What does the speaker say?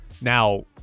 Now